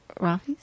Rafi's